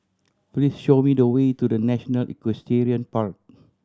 please show me the way to The National Equestrian Park